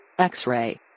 X-ray